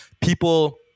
people